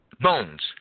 Bones